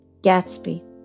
gatsby